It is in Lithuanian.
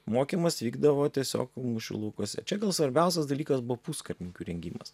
mokymas vykdavo tiesiog mūšių laukuose čia gal svarbiausias dalykas buvo puskarininkių rengimas